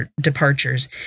departures